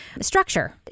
structure